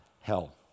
Hell